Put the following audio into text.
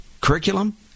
curriculum